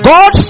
God